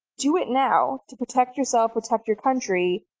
do it now to protect yourself, protect your country,